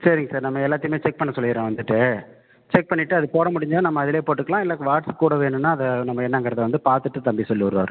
சரிங்க சார் நம்ம எல்லாத்தையுமே செக் பண்ண சொல்லிடறேன் வந்துட்டு செக் பண்ணிட்டு அது போட முடிஞ்சால் நம்ம அதில் போட்டுக்கலாம் இல்லை வாட்ஸ் கூட வேணும்னா அதை நம்ம என்னாங்கிறதை வந்து பார்த்துட்டு தம்பி சொல்லிடுவாரு